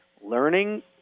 Learning